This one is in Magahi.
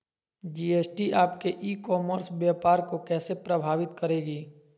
जी.एस.टी आपके ई कॉमर्स व्यापार को कैसे प्रभावित करेगी?